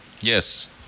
Yes